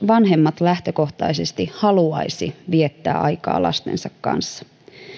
vanhemmat lähtökohtaisesti haluaisi viettää aikaa lastensa kanssa